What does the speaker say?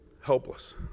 helpless